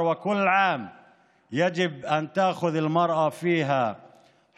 חודש ושנה האישה צריכה לקבל את זכויותיה במלואן,